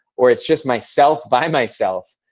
or it's just myself by myself,